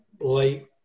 late